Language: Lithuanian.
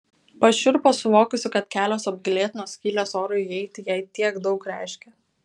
pašiurpo suvokusi kad kelios apgailėtinos skylės orui įeiti jai tiek daug reiškia